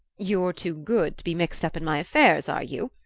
you're too good to be mixed up in my affairs, are you?